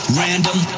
random